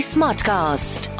Smartcast